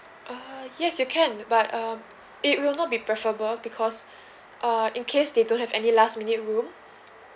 err yes you can but um it will not be preferable because uh in case they don't have any last minute room